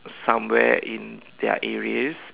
somewhere in their areas